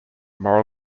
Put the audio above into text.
moral